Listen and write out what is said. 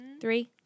Three